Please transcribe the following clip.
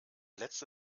letzte